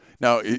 now